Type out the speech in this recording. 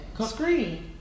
Screen